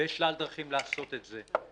ויש שלל דרכים לעשות את זה.